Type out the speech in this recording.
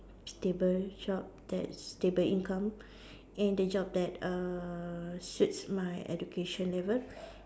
stable job that stable income and the job that uh suits my education level